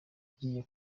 ngiye